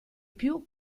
più